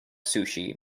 sushi